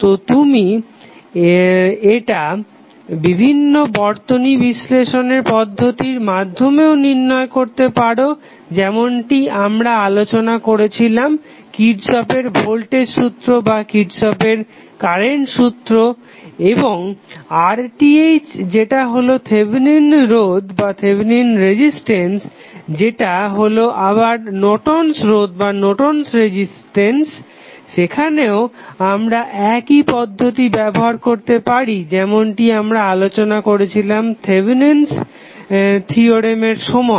তো এটা তুমি বিভিন্ন বর্তনী বিশ্লেষণের পদ্ধতির মাধমেও নির্ণয় করতে পারো যেমনটি আমরা আলোচনা করেছিলাম কিরর্শের ভোল্টেজ সূত্র বা কিরর্শের কারেন্ট সূত্র এবং RTh যেটা হলো থেভেনিন রোধ যেটা হলো আবার নর্টন'স রোধ Nortons resistance সেখানেও আমরা একই পদ্ধতি ব্যবহার করতে পারি যেমনটি আমরা আলোচনা করেছিলাম থেভেনিন'স থিওরেমের Thevenms theorem সময়